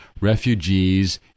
Refugees